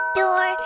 door